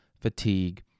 fatigue